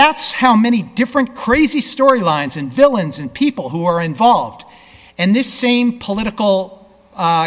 that's how many different crazy story lines and villains and people who are involved and this same political